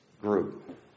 group